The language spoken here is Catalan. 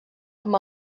com